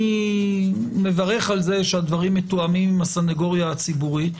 אני מברך על זה שהדברים מתואמים עם הסנגוריה הציבורית,